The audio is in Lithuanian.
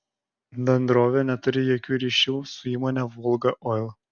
bendrovė neturi jokių ryšių su įmone volga oil